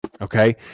Okay